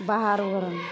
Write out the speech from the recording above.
बाहर ओहरमे